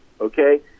okay